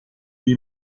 più